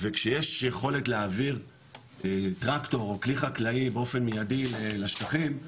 וכשיש יכולת להעביר טרקטור או כלי חקלאי באופן מיידי לשטחים,